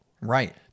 Right